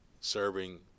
serving